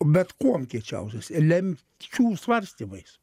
bet kuom kiečiausias lemčių svarstymais